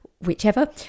whichever